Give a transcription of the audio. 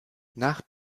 nach